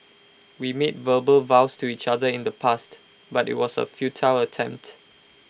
we made verbal vows to each other in the past but IT was A futile attempt